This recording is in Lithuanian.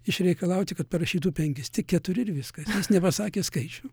išreikalauti kad parašytų penkis tik keturi ir viskas jis nepasakė skaičių